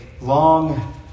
long